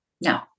no